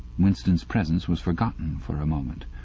winston's presence was forgotten for a moment.